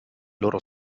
loro